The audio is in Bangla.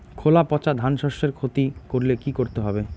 খোলা পচা ধানশস্যের ক্ষতি করলে কি করতে হবে?